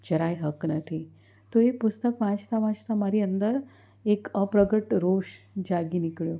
જરાય હક નથી તો એ પુસ્તક વાંચતાં વાંચતાં મારી અંદર એક અપ્રગટ રોષ જાગી નીકળ્યો